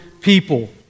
people